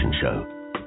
show